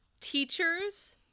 teachers